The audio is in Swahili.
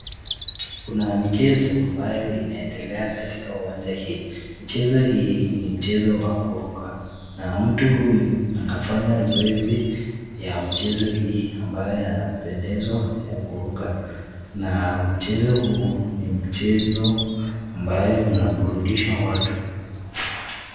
Kuna michezo ambayo inaendelea katika uwanja hii. Mchezo hii ni mchezo wa kuruka. Na mtu huyu anafanya zoezi ya mchezo hii ambayo yanapendeza ya kuruka na mchezo huu ni mchezo ambayo unaburudisha watu.